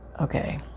Okay